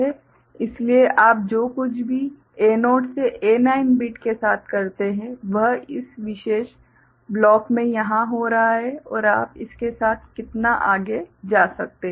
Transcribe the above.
इसलिए आप जो कुछ भी A0 से A9 बिट के साथ करते हैं वह इस विशेष ब्लॉक में यहां हो रहा है और आप इसके साथ कितना आगे जा सकते हैं